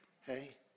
Hey